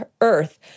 earth